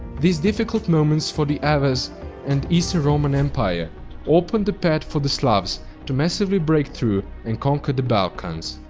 these difficult moments for the avars and eastern roman empire opened the path for the slavs to massively breakthrough and conquer the balkans.